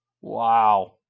Wow